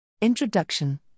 Introduction